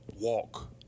walk